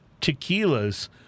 tequilas—